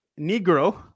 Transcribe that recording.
Negro